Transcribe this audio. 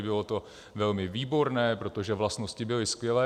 Bylo to velmi výborné, protože vlastnosti byly skvělé.